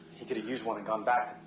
he could have used one and gone back